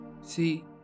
see